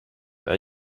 are